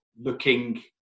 looking